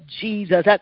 Jesus